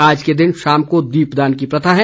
आज के दिन शाम को दीप दान की प्रथा है